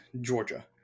Georgia